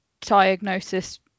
diagnosis